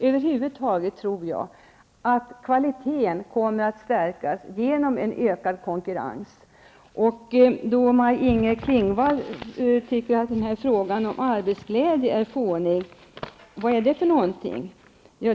Över huvud taget tror jag att kvaliteten kommer att stärkas genom ökad konkurrens. Maj-Inger Klingvall tyckte att frågan om arbetsglädje var fånig. Vad är det för någonting, frågade hon.